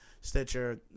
Stitcher